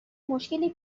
مشکلی